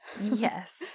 Yes